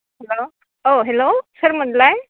hello औ hello सोरमोनलाय